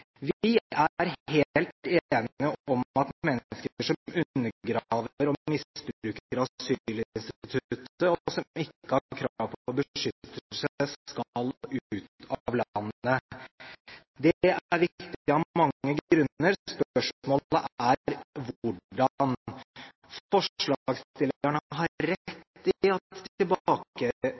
Vi er helt enige om at mennesker som undergraver og misbruker asylinstituttet, og som ikke har krav på beskyttelse, skal ut av landet. Det er viktig av mange grunner. Spørsmålet er: Hvordan? Forslagsstillerne har rett i at